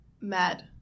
Mad